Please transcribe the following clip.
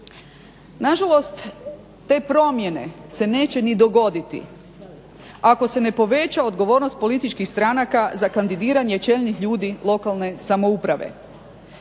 Nažalost te promjene se neće ni dogoditi ako se ne poveća odgovornost političkih stranaka za kandidiranje čelnih ljudi lokalne samouprave.